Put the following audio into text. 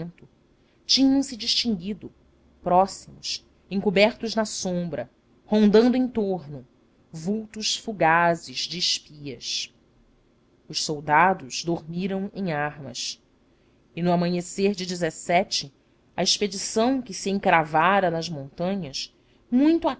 o acampamento tinham-se distinguido próximos encobertos na sombra rondando em torno vultos fugazes de espias os soldados dormiram em armas e no amanhecer de a expedição que se encravara nas montanhas muito